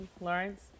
Lawrence